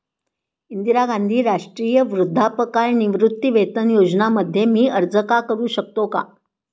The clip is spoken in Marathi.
इंदिरा गांधी राष्ट्रीय वृद्धापकाळ निवृत्तीवेतन योजना मध्ये मी अर्ज का करू शकतो का?